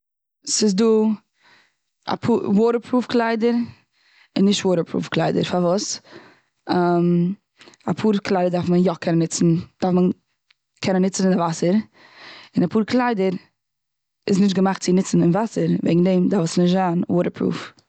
ס'איז דא אפא- וואטער פראף קליידער, און נישט וואטער פראף קליידער. פארוואס? אפאר קליידער דארף מען יא קענען נוצן, דארף מען קענען נוצן און די וואסער. און אפאר קליידער, איז נישט געמאכט צו נוצן און די וואסער וועגן דעם דארף עס נישט זיין וואטער פרוף.